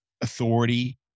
authority